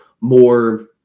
more